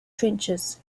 trenches